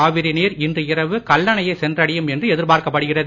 காவிரி நீர் இன்று இரவு கல்லணையை சென்றடையும் என்று எதிர்பார்க்கப்படுகிறது